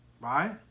right